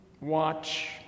watch